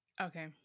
Okay